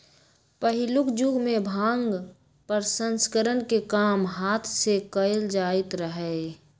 पहिलुक जुगमें भांग प्रसंस्करण के काम हात से कएल जाइत रहै